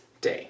day